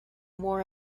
wore